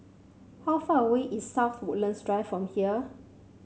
how far away is South Woodlands Drive from here